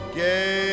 gay